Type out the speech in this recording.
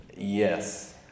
Yes